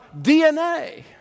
DNA